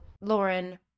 Lauren